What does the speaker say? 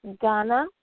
Ghana